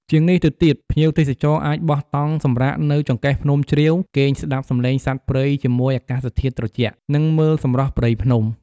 ជាងនេះទៅទៀត ភ្ញៀវទេសចរអាចបោះតង់សម្រាកនៅចង្កេះភ្នំជ្រាវ គេងស្ដាប់សំឡេងសត្វព្រៃជាមួយអាកាសធាតុត្រជាក់ និងមើលសម្រស់ព្រៃភ្នំ។